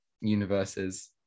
universes